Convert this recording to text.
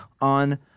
on